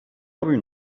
robił